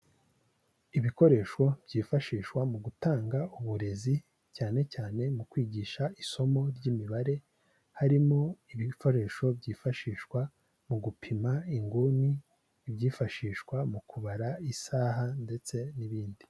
Ibikoresho byifashishwa mu gutanga uburezi cyane cyane mu kwigisha isomo ry'imibare, harimo ibikoresho byifashishwa mu gupima inguni, ibyifashishwa mu kubara isaha ndetse n'ibindi.